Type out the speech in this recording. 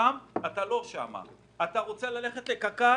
זה משנה להם גם את הכלכלה ואת התעסוקה.